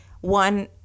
one